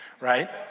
right